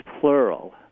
plural